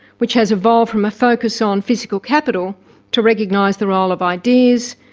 which has evolved from a focus on physical capital to recognise the role of ideas,